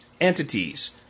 entities